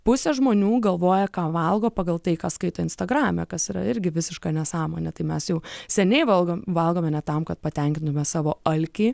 pusė žmonių galvoja ką valgo pagal tai ką skaito instagrame kas yra irgi visiška nesąmonė tai mes jau seniai valgom valgome ne tam kad patenkintume savo alkį